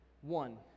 one